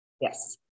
Yes